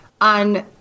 on